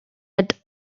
not